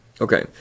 Okay